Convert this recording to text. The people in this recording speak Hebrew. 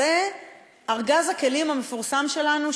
זה ארגז הכלים המפורסם שלנו,